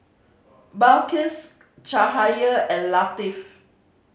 Balqis Cahaya and Latif